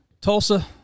Tulsa